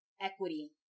equity